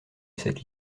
cette